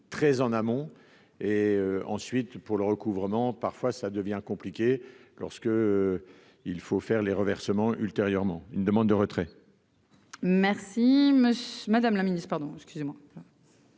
très en amont et ensuite pour le recouvrement parfois, ça devient compliqué lorsque il faut faire les reversements ultérieurement une demande de retrait. Merci, Madame la Ministre, pardon, excusez-moi,